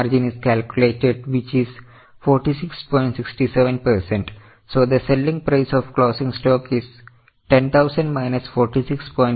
So the selling price of closing stock is 10000 minus 46